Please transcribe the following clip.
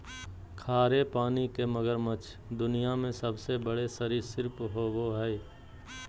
खारे पानी के मगरमच्छ दुनिया में सबसे बड़े सरीसृप होबो हइ